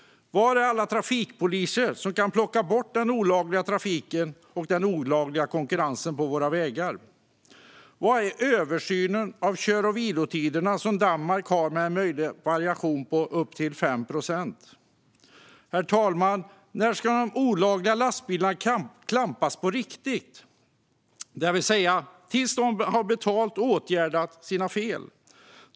Var är alla trafikpoliser som kan plocka bort den olagliga trafiken och den olagliga konkurrensen på våra vägar? Var är översynen av kör och vilotiderna? Det handlar om ett system liknande det som Danmark har med en möjlig variation på upp till 5 procent? Herr talman! När ska de olagliga lastbilarna klampas på riktigt, det vill säga tills man har betalat och åtgärdat felen?